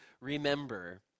remember